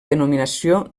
denominació